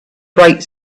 bright